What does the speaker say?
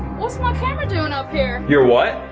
what's my camera doing up here? you're what?